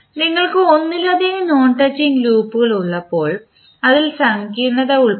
നിങ്ങൾക്ക് ഒന്നിലധികം non touching ലൂപ്പുകൾ ഉള്ളപ്പോൾ അതിൽ സങ്കീർണ്ണത ഉൾപ്പെടുന്നു